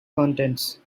contents